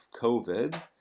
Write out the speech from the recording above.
COVID